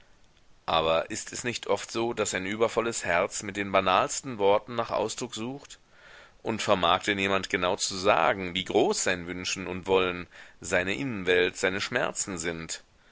aber ist es nicht oft so daß ein übervolles herz mit den banalsten worten nach ausdruck sucht und vermag denn jemand genau zu sagen wie groß sein wünschen und wollen seine innenwelt seine schmerzen sind